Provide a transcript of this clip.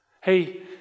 Hey